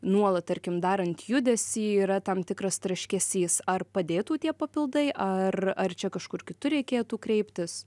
nuolat tarkim darant judesį yra tam tikras traškesys ar padėtų tie papildai ar ar čia kažkur kitur reikėtų kreiptis